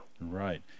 Right